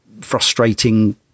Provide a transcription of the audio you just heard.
frustrating